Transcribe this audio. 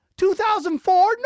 2004